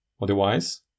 Otherwise